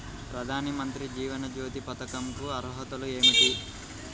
ప్రధాన మంత్రి జీవన జ్యోతి పథకంకు అర్హతలు ఏమిటి?